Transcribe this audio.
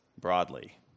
broadly